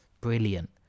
Brilliant